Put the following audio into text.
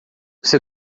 você